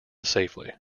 safely